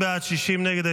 50 בעד, 60 נגד.